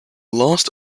last